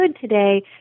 today